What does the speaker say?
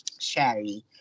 Sherry